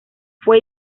fue